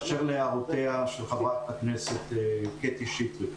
באשר להערותיה של חברת הכנסת קטי שטרית.